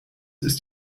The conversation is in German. ist